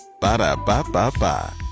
Ba-da-ba-ba-ba